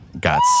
Got